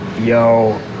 yo